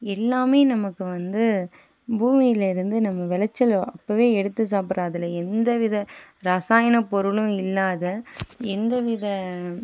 எல்லாம் நமக்கு வந்து பூமியில் இருந்து நம்ம விளச்சல் அப்போவே எடுத்து சாப்பிட்ற அதில் எந்த வித ரசாயண பொருளும் இல்லாத எந்த வித